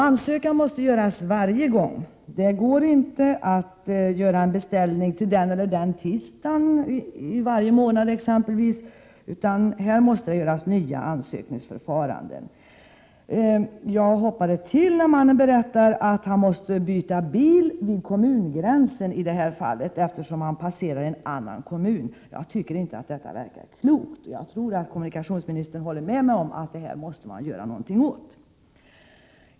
Ansökan måste göras varje gång; det går inte att göra en beställning till exempelvis den och den tisdagen i varje månad, utan det krävs ansökningsförfarande för varje resa. Jag hoppade till av förvåning, när mannen berättade att han måste byta bil vid kommungränsen, eftersom han i det här fallet passerar en sådan. Jag tycker inte att detta verkar klokt, och jag tror att kommunikationsministern håller med mig om att man måste göra någonting åt det här.